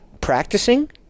practicing